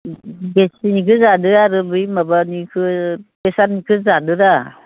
गेस्टिकनिखो जादों आरो बै माबानिखौ प्रेसारनिखौ जादोरा